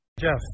Jeff